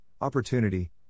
Opportunity